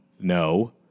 No